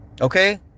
Okay